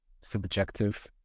subjective